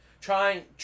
trying